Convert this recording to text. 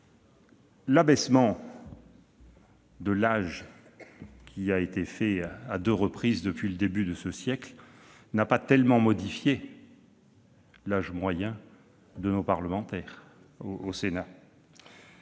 l'abaissement de l'âge, qui est intervenu à deux reprises depuis le début de ce siècle, n'a pas vraiment modifié l'âge moyen des parlementaires au Sénat.